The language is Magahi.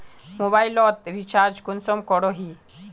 मोबाईल लोत रिचार्ज कुंसम करोही?